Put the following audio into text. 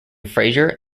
fraser